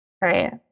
Right